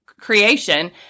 creation